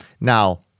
Now